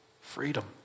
freedom